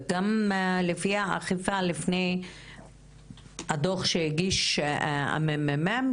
גם לפי האכיפה לפני הדוח שהגיש הממ"מ,